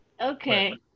Okay